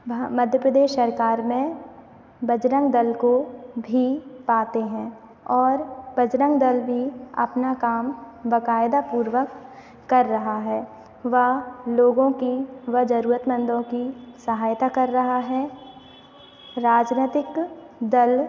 वह मध्य प्रदेश सरकार में बजरंग दल को भी पाते हैं और बजरंग दल भी अपना काम बाक़ायदा पूर्वक कर रहा है वह लोगों की वह ज़रूरतमंदो की सहायता कर रहा है राजनैतिक दल